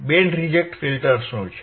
band reject filter શું છે